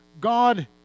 God